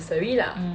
um